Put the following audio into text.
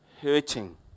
hurting